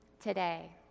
today